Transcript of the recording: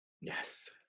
Yes